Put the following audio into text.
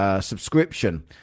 Subscription